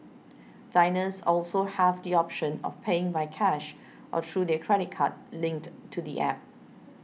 diners also have the option of paying by cash or through their credit card linked to the App